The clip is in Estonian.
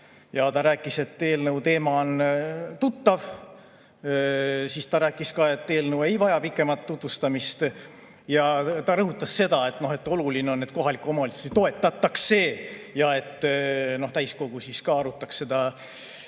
ja ta rääkis, et eelnõu teema on tuttav. Siis ta rääkis ka, et eelnõu ei vaja pikemat tutvustamist, ja ta rõhutas seda, et on oluline, et kohalikke omavalitsusi toetatakse ja et täiskogu arutaks seda